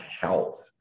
health